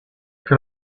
can